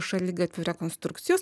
šaligatvių rekonstrukcijos